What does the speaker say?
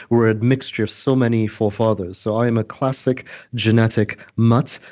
we're a mixture of so many forefathers. so, i am a classic genetic mutt.